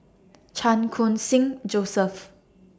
Chan Khun Sing Joseph